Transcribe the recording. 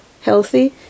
healthy